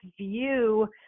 view